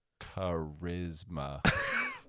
charisma